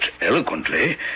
eloquently